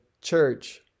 church